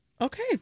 Okay